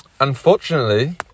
unfortunately